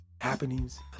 happenings